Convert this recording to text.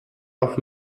auf